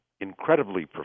incredibly